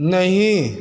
नहीं